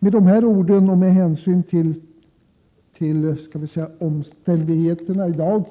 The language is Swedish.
Med dessa ord och med hänsyn till omständigheterna i dag